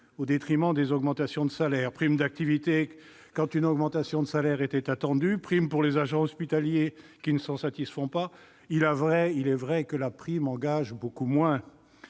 au détriment des augmentations de salaire : prime d'activité quand une augmentation de salaire était attendue, prime pour les agents hospitaliers qui ne s'en satisfont pas ... Il est vrai que la prime engage beaucoup moins.